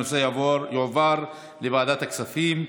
הנושא יועבר לוועדת הכספים.